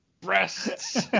breasts